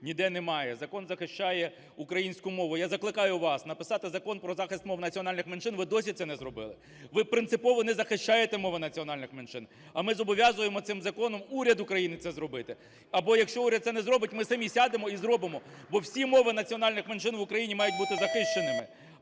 ніде немає, закон захищає українську мову. Я закликаю вас написати Закон про захист мов національних меншин, ви досі це не зробили. Ви принципово не захищаєте мови національних меншин, а ми зобов'язуємо цим законом уряд України це зробити або якщо уряд це не зробить, ми самі сядемо і зробимо, бо всі мови національних меншин в Україні мають бути захищеними.